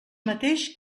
mateix